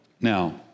Now